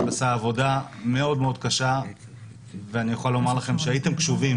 עשה עבודה מאוד קשה ואני יכול לומר לכם שהייתם קשובים